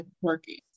working